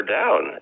down